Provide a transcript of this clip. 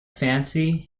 fancy